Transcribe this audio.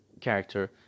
character